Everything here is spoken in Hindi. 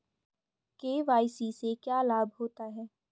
के.वाई.सी से क्या लाभ होता है?